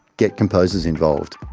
get composers involved.